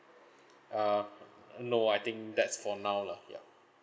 uh uh no I think that's for now lah ya